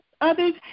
others